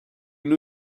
new